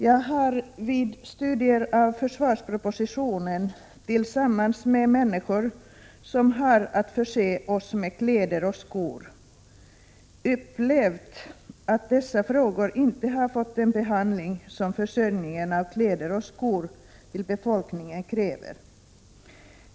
Jag har vid studier av försvarspropositionen, tillsammans med människor som har att förse oss med kläder och skor, upplevt att dessa frågor inte har fått den behandling som försörjningen av kläder och skor till befolkningen kräver.